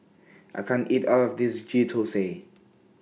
I can't eat All of This Ghee Thosai